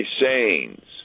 sayings